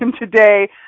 today